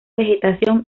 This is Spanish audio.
vegetación